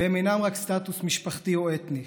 והם אינם רק סטטוס משפחתי או אתני,